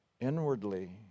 inwardly